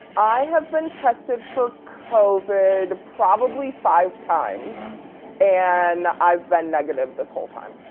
i have been tested for covid probably five times and i've been negative this whole time.